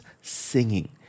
singing